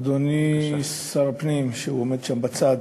אדוני שר הפנים, שעומד שם בצד,